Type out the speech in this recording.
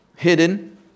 Hidden